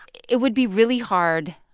it would be really hard,